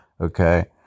Okay